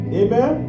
amen